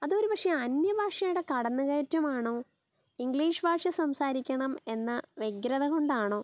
അത് ഒരു പക്ഷേ അന്യഭാഷേയുടെ കടന്നുകയറ്റമാണോ ഇംഗ്ലീഷ് ഭാഷ സംസാരിക്കണം എന്ന വ്യഗ്രത കൊണ്ടാണോ